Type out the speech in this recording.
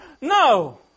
No